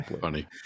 funny